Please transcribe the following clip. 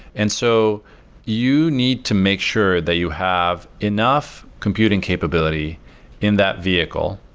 and so you need to make sure that you have enough computing capability in that vehicle,